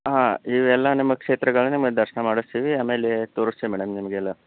ಹಾಂ ಇವೆಲ್ಲ ನಿಮಗೆ ಕ್ಷೇತ್ರಗಳನ್ನು ನಿಮಗೆ ದರ್ಶನ ಮಾಡಿಸ್ತೀವಿ ಆಮೇಲೆ ತೋರಿಸ್ತೀವಿ ಮೇಡಮ್ ನಿಮಗೆಲ್ಲ